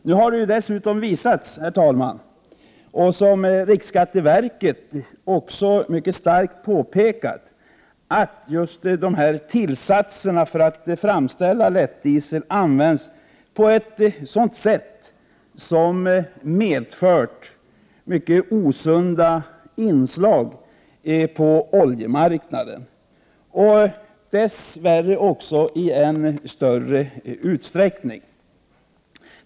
Nu har det dessutom visat sig att — något som riksskatteverket mycket starkt påtalat — just dessa tillsatser för att framställa lättdiesel används på ett sätt som medfört mycket osunda inslag på oljemarknaden, dess värre i allt större utsträckning.